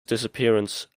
disappearance